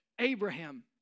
Abraham